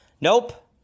Nope